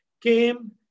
came